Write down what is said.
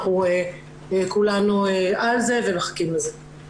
אנחנו כולנו על זה ומחכים לזה.